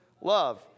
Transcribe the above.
love